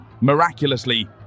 miraculously